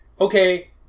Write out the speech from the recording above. Okay